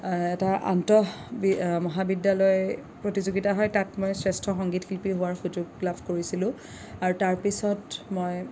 এটা আন্তঃ মহাবিদ্যালয় প্ৰতিযোগিতা হয় তাত মই শ্ৰেষ্ঠ সংগীত শিল্পী হোৱাৰ মই সুযোগ লাভ কৰিছিলোঁ আৰু তাৰপিছত মই